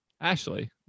Ashley